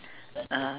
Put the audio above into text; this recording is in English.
uh